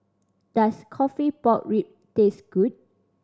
does coffee pork rib taste good